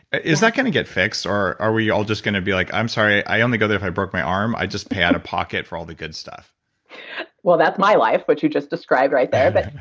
is that going to get fixed or are we all just going to be like i'm sorry, i only go there if i broke my arm. i just pay out of pocket for all the good stuff well, that's my life, what you just described right there, but